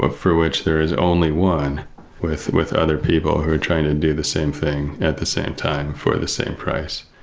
ah for which there's only one with with other people who are trying to do the same thing at the same time for the same price.